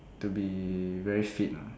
to be very fit lah